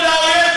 עצמך גבר.